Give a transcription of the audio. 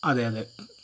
അതെ അതെ